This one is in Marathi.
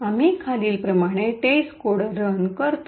आम्ही खालीलप्रमाणे टेस्टकोड रन करतो